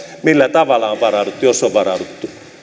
millä tavalla on varauduttu jos on varauduttu